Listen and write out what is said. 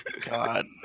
God